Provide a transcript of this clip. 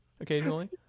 occasionally